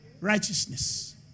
righteousness